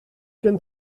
gen